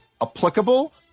applicable